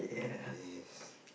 yes